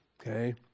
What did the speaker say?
Okay